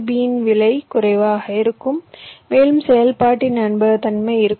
பியின் விலை குறைவாக இருக்கும் மேலும் செயல்பாட்டின் நம்பகத்தன்மை இருக்கும்